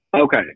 Okay